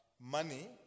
money